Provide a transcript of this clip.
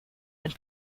and